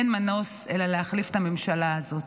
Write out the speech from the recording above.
אין מנוס אלא להחליף את הממשלה הזאת.